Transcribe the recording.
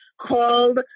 called